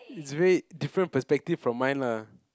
is very different perspective from mine lah